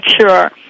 sure